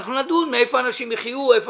נדון מהיכן אנשים יחיו והיכן